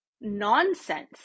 nonsense